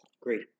Great